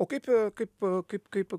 o kaip kaip kaip kaip